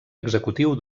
executiu